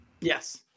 Yes